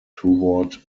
toward